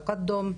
תקדום,